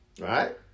right